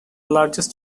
largest